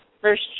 First